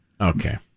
Okay